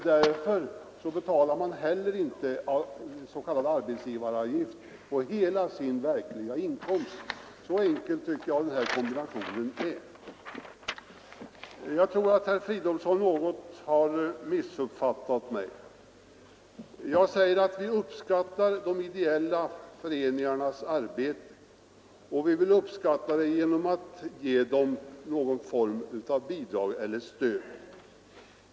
Därför betalar man inte s.k. arbetsgivaravgift på hela sin verkliga inkomst. Så enkel ty jag den kombinationen är. Jag tror att herr Fridolfsson har missuppfattat mig något. Jag säger att vi uppskattar de ideella föreningarnas arbete och att vi vill visa det genom att ge dem någon form av bidrag eller stöd.